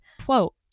quote